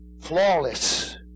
Flawless